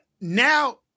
now